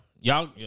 y'all